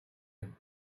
him